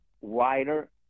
wider